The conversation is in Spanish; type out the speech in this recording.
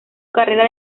carrera